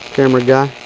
camera guy.